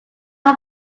had